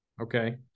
Okay